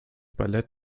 ballett